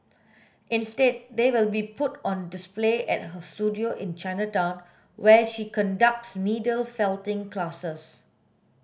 instead they will be put on display at her studio in Chinatown where she conducts needle felting classes